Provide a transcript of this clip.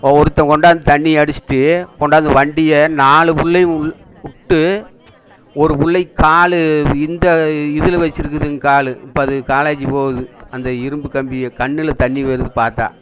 ஒருத்தன் கொண்டாந்து தண்ணி அடிச்சுட்டு கொண்டாந்து வண்டியை நாலு பிள்ளைக உள்ளே விட்டு ஒரு பிள்ளைக் கால் இந்த இதில் வெச்சுருக்குதுங் கால் இப்போ அது காலேஜி போகுது அந்த இரும்பு கம்பியை கண்ணில் தண்ணி வருது பார்த்தா